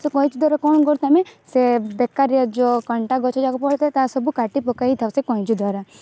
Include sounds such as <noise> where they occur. ସେ କଇଁଚି ଦ୍ୱାରା କ'ଣ କରୁ ତ ଆମେ ସେ ବେକାରିଆ ଯେଉଁ କଣ୍ଟା ଗଛଯାକ <unintelligible> ତା ସବୁ କାଟି ପକାଇଥାଉ ସେ କଇଁଚି ଦ୍ୱାରା